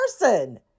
person